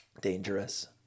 Dangerous